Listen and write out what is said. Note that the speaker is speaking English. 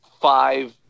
five